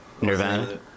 Nirvana